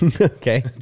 Okay